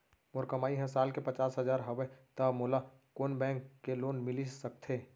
मोर कमाई ह साल के पचास हजार हवय त मोला कोन बैंक के लोन मिलिस सकथे?